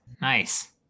nice